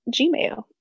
Gmail